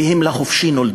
והם לחופשי נולדו.